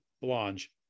blanche